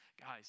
Guys